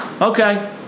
okay